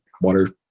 water